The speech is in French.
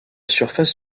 surface